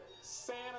Santa